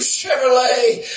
Chevrolet